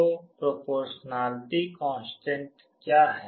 तो proportionality constant क्या है